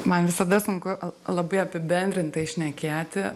man visada sunku labai apibendrintai šnekėti